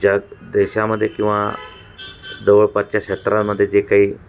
जग देशामध्ये किंवा जवळपच्या क्षेत्रांमध्ये जे काही